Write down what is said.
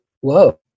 whoa